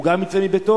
גם הוא יצא מביתו?